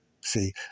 See